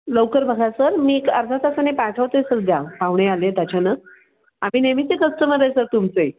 लवकर बघा सर मी एक अर्धा तासाने पाठवते सर द्या पाहुणे आले आहेत अचानक आम्ही नेहमीचे कस्टमर आहे सर तुमचे